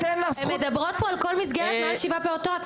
הם מדברות פה על כל מסגרת מעל שבעה פעוטות.